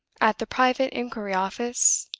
at the private inquiry office